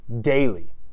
daily